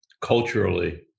Culturally